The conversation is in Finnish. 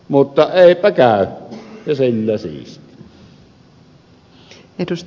mutta eipä käy ja sillä siisti